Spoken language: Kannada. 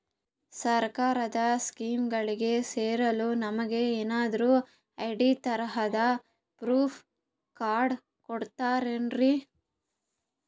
ಸರ್ಕಾರದ ಸ್ಕೀಮ್ಗಳಿಗೆ ಸೇರಲು ನಮಗೆ ಏನಾದ್ರು ಐ.ಡಿ ತರಹದ ಪ್ರೂಫ್ ಕಾರ್ಡ್ ಕೊಡುತ್ತಾರೆನ್ರಿ?